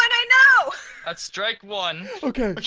i know that's strike one, okay,